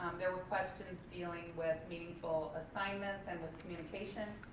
there were questions dealing with meaningful assignments and with communication,